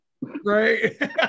Right